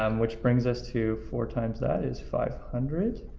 um which brings us to four times that is five hundred.